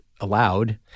allowed